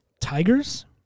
tigers